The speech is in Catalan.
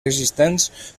existents